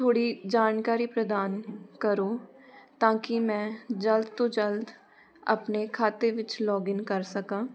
ਥੋੜ੍ਹੀ ਜਾਣਕਾਰੀ ਪ੍ਰਦਾਨ ਕਰੋ ਤਾਂ ਕਿ ਮੈਂ ਜਲਦ ਤੋਂ ਜਲਦ ਆਪਣੇ ਖਾਤੇ ਵਿੱਚ ਲੋਗਇਨ ਕਰ ਸਕਾਂ